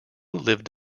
lived